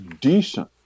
decent